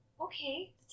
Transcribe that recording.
Okay